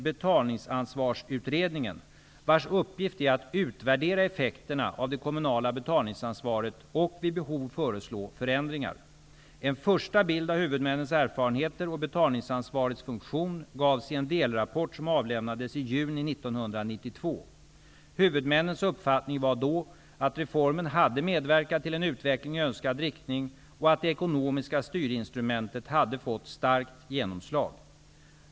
Betalningsansvarsutredningen, vars uppgift är att utvärdera effekterna av det kommunala betalningsansvaret och vid behov föreslå förändringar. En första bild av huvudmännens erfarenheter och betalningsansvarets funktion gavs i en delrapport som avlämnades i juni 1992. Huvudmännens uppfattning var då att reformen hade medverkat till en utveckling i önskad riktning, och att det ekonomiska styrinstrumentet hade fått starkt genomslag.